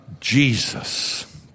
Jesus